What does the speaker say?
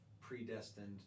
predestined